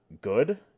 good